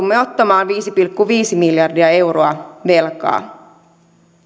ja joudumme ottamaan viisi pilkku viisi miljardia euroa velkaa